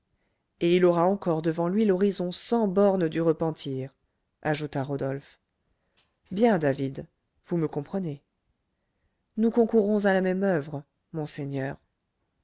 et il aura encore devant lui l'horizon sans bornes du repentir ajouta rodolphe bien david vous me comprenez nous concourrons à la même oeuvre monseigneur